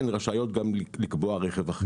הן רשאיות לקבוע גם רכב אחר.